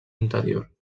interior